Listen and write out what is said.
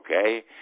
Okay